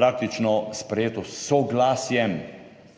praktično sprejeto s soglasjem